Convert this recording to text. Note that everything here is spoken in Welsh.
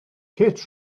kate